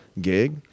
gig